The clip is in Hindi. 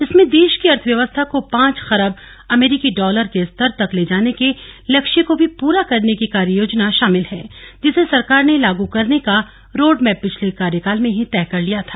इसमें देश की अर्थव्यवस्था को पांच खरब अमेरिकी डालर के स्तर तक ले जार्ने के लक्ष्य को भी पूरा करने की कार्ययोजना भी शामिल है जिसे सरकार ने लागू करने का रोडमैप पिछले कार्यकाल में ही तय कर लिया था